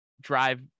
drive